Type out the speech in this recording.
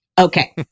Okay